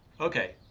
okay.